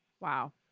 Wow